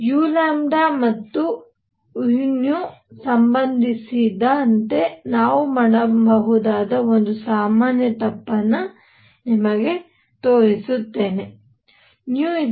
u ಮತ್ತು uಸಂಬಂಧಿಸಿದ ನಾವು ಮಾಡಬಹುದಾದ ಸಾಮಾನ್ಯ ತಪ್ಪನ್ನು ತೋರಿಸುತ್ತೇನೆ